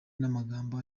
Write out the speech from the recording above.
n’amagambo